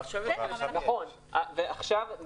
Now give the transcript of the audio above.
אבל עכשיו יש.